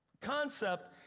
concept